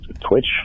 Twitch